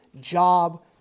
job